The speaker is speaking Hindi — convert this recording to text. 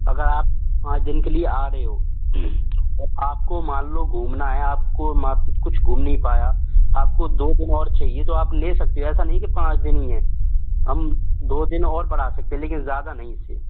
अगर आप पाँच दिन के लिए आ रहे हो तो आपको मान लो घूमना है आपको मान कुछ घूम नहीं पाया आपको दो दिन और चाहिए तो आप ले सकते हो ऐसा नहीं की पाँच दिन ही हैं हम दो दिन और बढ़ा सकते हैं लेकिन ज़्यादा नहीं इससे